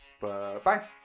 Bye